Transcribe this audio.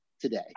today